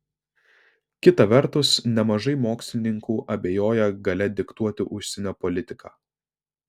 kita vertus nemažai mokslininkų abejoja galia diktuoti užsienio politiką